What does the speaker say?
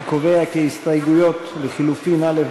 אני קובע כי הסתייגויות לחלופין א',